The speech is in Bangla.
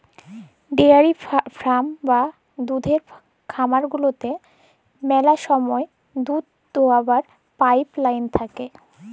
ডেয়ারি ফারাম বা দুহুদের খামার গুলাতে ম্যালা সময় দুহুদ দুয়াবার পাইপ লাইল থ্যাকে